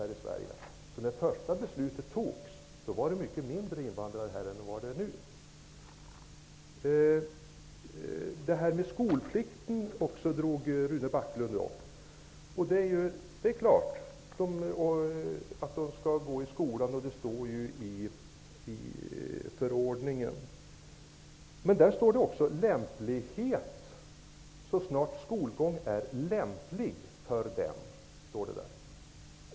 När det första beslutet fattades fanns det mycket färre invandrare här än det gör nu. Rune Backlund drog också upp skolplikten. Det är klart att barnen skall gå i skolan -- det står ju i förordningen. Men där talas det också om lämplighet: ''så snart skolgång är lämplig för dem'', står det.